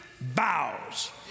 bows